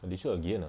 alicia again ah